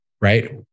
right